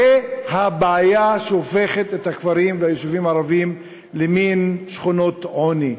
זו הבעיה שהופכת את הכפרים והיישובים הערביים למין שכונות עוני,